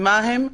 מה הם,